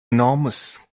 enormous